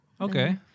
Okay